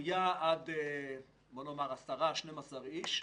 חוליה של 12-10 איש,